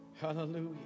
Hallelujah